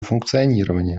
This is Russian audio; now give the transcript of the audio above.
функционирование